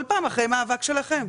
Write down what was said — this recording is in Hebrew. כל פעם אחרי מאבק שלכם.